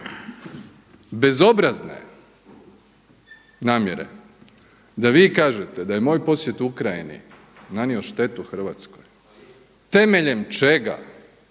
bezobrazne namjere da vi kažete da je moj posjet Ukrajini nanio štetu Hrvatskoj, temeljem čega,